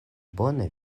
bone